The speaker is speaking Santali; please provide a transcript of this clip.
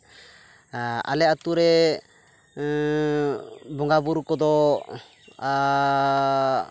ᱟᱞᱮ ᱟᱛᱳ ᱨᱮ ᱵᱚᱸᱜᱟ ᱵᱳᱨᱳ ᱠᱚᱫᱚ